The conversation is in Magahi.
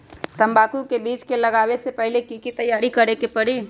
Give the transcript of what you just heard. तंबाकू के बीज के लगाबे से पहिले के की तैयारी करे के परी?